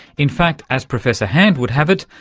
in fact, as professor hand would have it,